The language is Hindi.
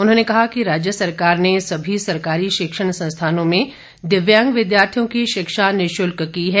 उन्होंने कहा कि राज्य सरकार ने सभी सरकारी शिक्षण संस्थानों में दिव्यांग विद्यार्थियों की शिक्षा निःशुल्क की है